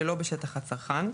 שלא בשטח הצרכן,